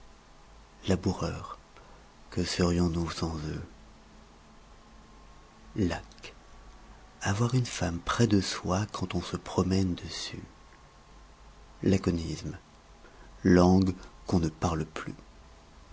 laboureurs que serions-nous sans eux lac avoir une femme près de soi quand on se promène dessus laconisme langue qu'on ne parle plus